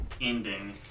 ending